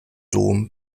dom